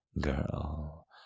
girl